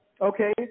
Okay